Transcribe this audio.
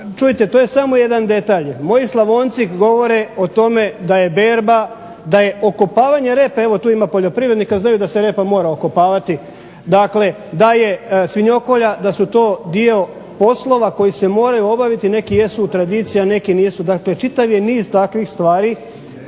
Čujte to je samo jedan detalj. Moji Slavonci govore da je okopavanje repe evo tu ima poljoprivrednika znaju da se repa mora okopavati, da je svinjokolja da je to dio poslova koji se moraju obaviti. Neki jesu tradicija, neki nisu. Dakle čitav je niz takvih stvari